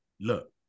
Look